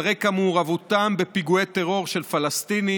על רקע מעורבותם בפיגועי טרור של פלסטינים